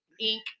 ink